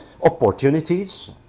opportunities